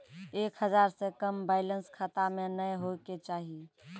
एक हजार से कम बैलेंस खाता मे नैय होय के चाही